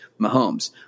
Mahomes